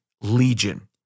Legion